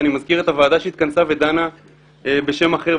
ואני מזכיר את הוועדה שהתכנסה ודנה בשם אחר.